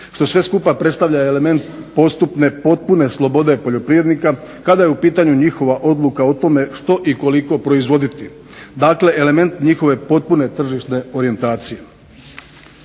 što sve skupa predstavlja element postupne potpune slobode poljoprivrednika kada je u pitanju njihova odluka o tome što i koliko proizvoditi, dakle element njihove potpune tržišne orijentacije.